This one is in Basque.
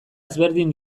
ezberdin